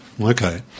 okay